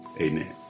Amen